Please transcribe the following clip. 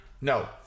no